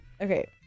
Okay